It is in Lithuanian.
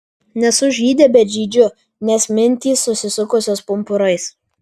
nesu žydė bet žydžiu nes mintys susisukusios pumpurais